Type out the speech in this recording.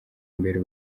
imbere